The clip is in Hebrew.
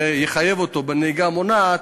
יחייבו אותו בקורס נהיגה מונעת,